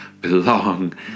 belong